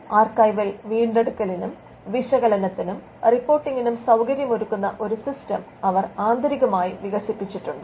archival വീണ്ടെടുക്കലിനും വിശകലനത്തിനും റിപ്പോർട്ടിംഗിനും സൌകര്യമൊരുക്കുന്ന ഒരു സിസ്റ്റം അവർ ആന്തരികമായി വികസിപ്പിച്ചിട്ടുണ്ട്